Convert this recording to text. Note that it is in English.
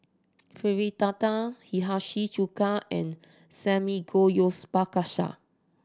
Fritada Hiyashi Chuka and Samgeyopsal